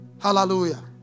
Hallelujah